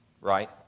right